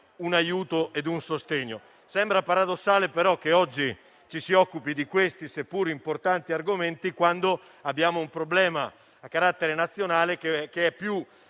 un aiuto e un sostegno. Sembra paradossale, però, che oggi ci si occupi di questi, seppur importanti argomenti, quando abbiamo un problema a carattere nazionale, che è più